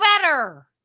better